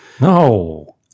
No